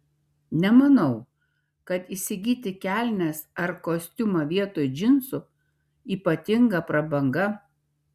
nemanau kad įsigyti kelnes ar kostiumą vietoj džinsų ypatinga prabanga